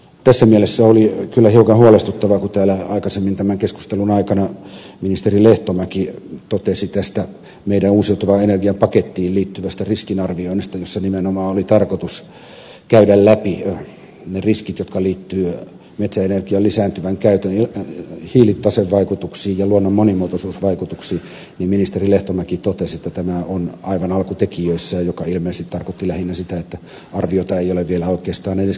tässä mielessä oli kyllä hiukan huolestuttavaa kun aikaisemmin tämän keskustelun aikana ministeri lehtomäki totesi meidän uusiutuvan energian pakettiimme liittyvästä riskinarvioinnista jossa nimenomaan oli tarkoitus käydä läpi ne riskit jotka liittyvät metsäenergian lisääntyvän käytön hiilitasevaikutuksiin ja luonnon monimuotoisuusvaikutuksiin että tämä on aivan alkutekijöissään mikä ilmeisesti tarkoitti lähinnä sitä että arviota ei ole vielä oikeastaan edes käynnistetty